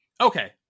Okay